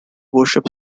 worship